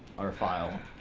our file,